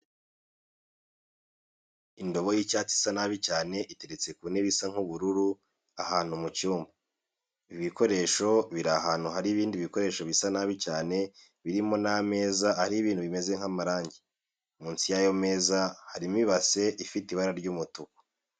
Indobo y'icyatsi isa nabi cyane iteretse ku ntebe isa nk'ubururu ahantu mu cyumba. Ibi bikoresho biri ahantu hari ibindi bikoresho bisa nabi cyane birimo n'ameza ariho ibintu bimeze nk'amarangi, munsi y'ayo meza harimo ibase ifite ibara ry'umutuku.